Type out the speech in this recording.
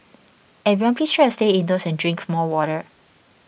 everyone please try to stay indoors and drink more water